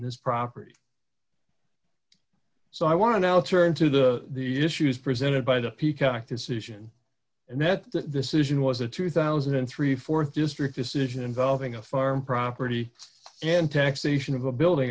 this property so i want to now turn to the the issues presented by the peacock decision and that this isn't was a two thousand and three th district decision involving a farm property and taxation of a building